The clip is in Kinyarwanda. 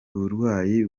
uburwayi